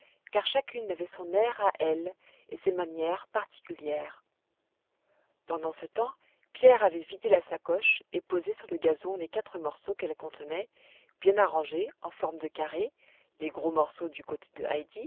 car chacune avait son air à elle et ses manières particulières pendant ce temps pierre avait vidé la sacoche et posé sur le gazon les quatre morceaux qu'elle contenait bien arrangés en forme de carré les gros morceaux du côté de